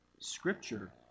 Scripture